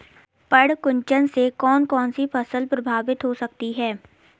पर्ण कुंचन से कौन कौन सी फसल प्रभावित हो सकती है?